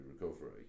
recovery